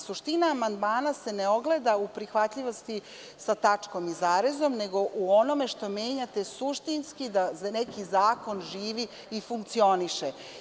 Suština amandmana se ne ogleda u prihvatljivosti sa tačkom i zarezom, nego u onome što menjate suštinski, da neki zakon živi i funkcioniše.